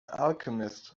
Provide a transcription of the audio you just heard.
alchemist